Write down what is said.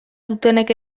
dutenek